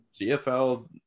GFL